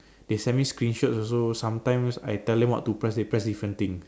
they send me screenshots also sometimes I tell them what to press they press different thing